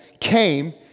came